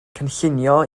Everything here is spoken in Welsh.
cynllunio